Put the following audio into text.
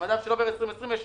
אם לא עובר תקציב 2020 יש